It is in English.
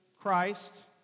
Christ